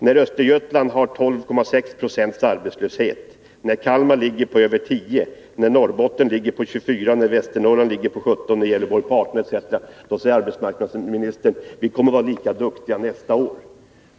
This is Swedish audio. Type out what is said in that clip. När Östergötlands län har 12,6 26 arbetslöshet, Kalmar län över 10 96, Norrbottens län 24 96, Västernorrlands län 17 96, Gävleborgs län 18 90 arbetslöshet osv., då säger arbetsmarknadsministern att de kommer att vara lika duktiga nästa år.